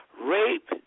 rape